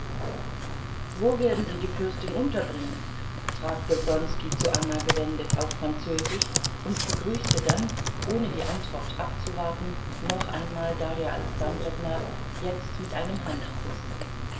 wo werden sie die fürstin unterbringen fragte wronski zu anna gewendet auf französisch und begrüßte dann ohne die antwort abzuwarten noch einmal darja alexandrowna jetzt mit einem handkuß